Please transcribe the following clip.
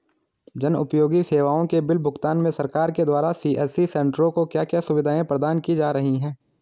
जन उपयोगी सेवाओं के बिल भुगतान में सरकार के द्वारा सी.एस.सी सेंट्रो को क्या क्या सुविधाएं प्रदान की जा रही हैं?